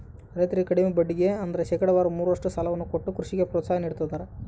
ರೈತರಿಗೆ ಕಡಿಮೆ ಬಡ್ಡಿಗೆ ಅಂದ್ರ ಶೇಕಡಾವಾರು ಮೂರರಷ್ಟು ಸಾಲವನ್ನ ಕೊಟ್ಟು ಕೃಷಿಗೆ ಪ್ರೋತ್ಸಾಹ ನೀಡ್ತದರ